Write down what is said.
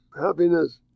Happiness